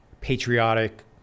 patriotic